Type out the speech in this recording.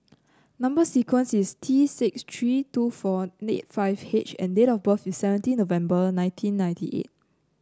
number sequence is T six three two four nine eight five H and date of birth is seventeen November nineteen ninety eight